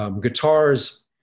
Guitars